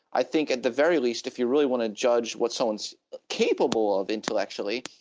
i think at the very least, if you really want to judge what's someone's capable of intellectually,